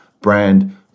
brand